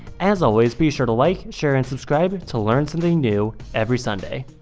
as always be sure to like, share, and subscribe to learn something new every sunday.